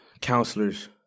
counselors